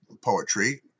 poetry